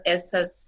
Essas